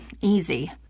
easy